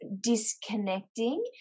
disconnecting